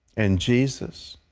and, jesus,